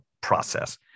process